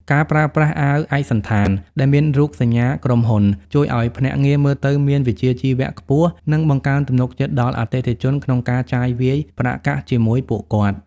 ការប្រើប្រាស់ "អាវឯកសណ្ឋាន" ដែលមានរូបសញ្ញាក្រុមហ៊ុន ជួយឱ្យភ្នាក់ងារមើលទៅមានវិជ្ជាជីវៈខ្ពស់ និងបង្កើនទំនុកចិត្តដល់អតិថិជនក្នុងការចាយវាយប្រាក់កាសជាមួយពួកគាត់។